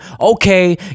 okay